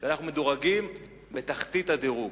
אנחנו מדורגים בתחתית הדירוג.